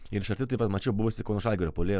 ir iš arti taip pat mačiau buvusį kauno žalgirio puolėją